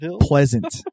Pleasant